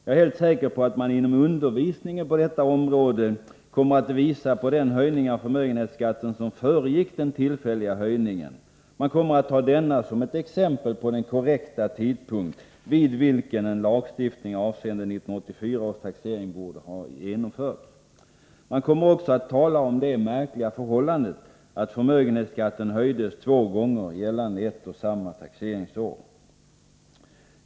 Jag är helt säker på att man inom undervisningen på detta område kommer att visa på den höjning av förmögenhetsskatten som föregick den tillfälliga höjningen och ta denna som ett exempel på den korrekta tidpunkt vid vilken en lagstiftning avseende 1984 års taxering borde ha genomtörts. Man kommer också att tala om det märkliga förhållandet att förmögenhetsskatten höjdes två gånger gällande ett och samma taxeringsår.